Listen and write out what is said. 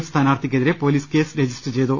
F സ്ഥാനാർത്ഥിക്കെതിരെ police case register ചെയ്തു